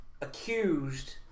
accused